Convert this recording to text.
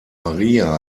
maria